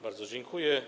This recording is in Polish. Bardzo dziękuję.